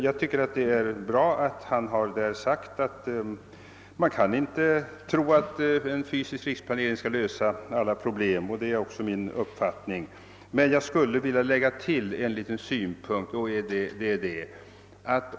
Jag tycker att det är bra att han där säger att man inte skall tro att fysisk riksplanering kan lösa alla problem. Det är också min uppfattning. Jag skulle vilja lägga till ytterligare en synpunkt.